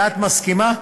ואת מסכימה,